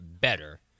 better